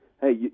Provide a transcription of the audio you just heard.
hey